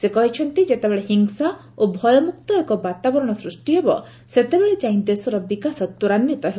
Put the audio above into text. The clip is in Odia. ସେ କହିଛନ୍ତି ଯେତେବେଳେ ହିଂସା ଓ ଭୟମୁକ୍ତ ଏକ ବାତାବରଣ ସୃଷ୍ଟି ହେବ ସେତେବେଳେ ଯାଇ ଦେଶର ବିକାଶ ତ୍ୱରାନ୍ୱିତ ହେବ